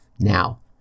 Now